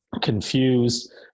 confused